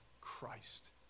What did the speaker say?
Christ